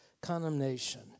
condemnation